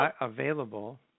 available